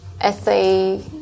essay